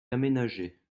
aménagée